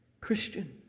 Christian